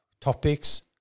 topics